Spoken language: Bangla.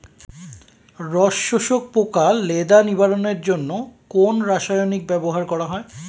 রস শোষক পোকা লেদা নিবারণের জন্য কোন রাসায়নিক ব্যবহার করা হয়?